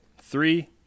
Three